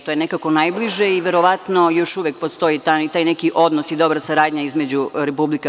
To je nekako najbliže i verovatno još uvek postoji taj neki odnos i dobra saradnja između bivših republika.